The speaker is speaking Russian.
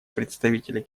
представителя